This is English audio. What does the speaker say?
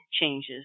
changes